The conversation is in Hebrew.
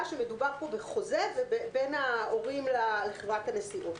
שמדובר פה על חוזה בין ההורים לחברת הנסיעות.